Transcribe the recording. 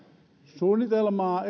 suunnitelmaa